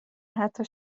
حتی